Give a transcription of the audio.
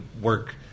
work